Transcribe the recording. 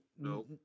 No